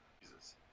Jesus